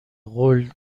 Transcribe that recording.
قول